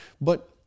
but-